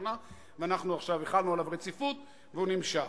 ראשונה ועכשיו אנחנו החלנו עליו רציפות והוא נמשך: